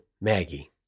Maggie